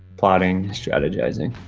plotting, strategizing.